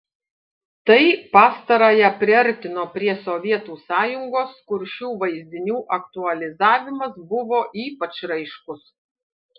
tai pastarąją priartino prie sovietų sąjungos kur šių vaizdinių aktualizavimas buvo ypač raiškus